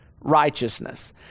righteousness